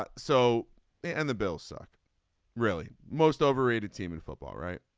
but so they and the bill suck really most overrated team in football right.